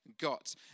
got